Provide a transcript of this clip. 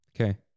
Okay